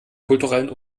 kulturellen